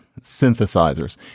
synthesizers